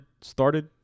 started